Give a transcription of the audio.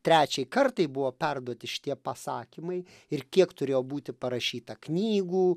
trečiai kartai buvo perduoti šitie pasakymai ir kiek turėjo būti parašyta knygų